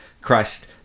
Christ